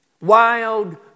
wild